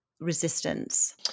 resistance